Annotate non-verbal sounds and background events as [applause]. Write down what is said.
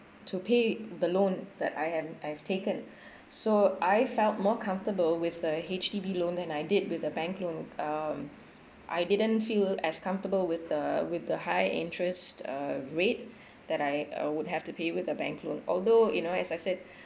to pay the loan that I am I've taken [breath] so I felt more comfortable with the H_D_B loan than I did with the bank loan um I didn't feel as comfortable with the with the high interest uh rate that I uh would have to pay with the bank loan although it you know as I said